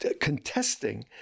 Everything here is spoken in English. contesting